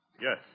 Yes